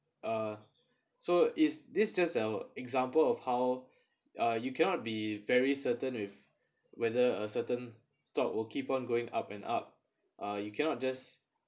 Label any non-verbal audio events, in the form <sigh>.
uh so is this just a example of how <breath> uh you cannot be very certain with whether a certain stock will keep on going up and up uh you cannot just